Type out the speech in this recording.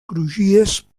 crugies